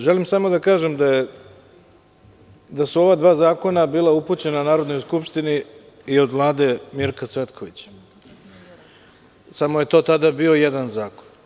Želim samo da kažem da su ova dva zakona bila upućena Narodnoj skupštini i od Vlade Mirka Cvetkovića, samo je to tada bio jedan zakon.